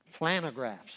planographs